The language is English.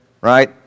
right